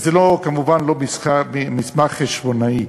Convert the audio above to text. וזה כמובן לא מסמך חשבונאי,